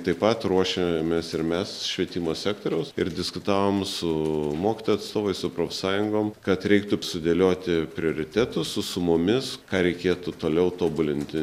taip pat ruošiamės ir mes švietimo sektoriaus ir diskutavom su mokytojų atstovais su profsąjungom kad reiktų sudėlioti prioritetus su sumomis ką reikėtų toliau tobulinti